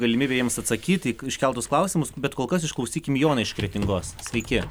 galimybę jiems atsakyt į iškeltus klausimus bet kol kas išklausykim joną iš kretingos sveiki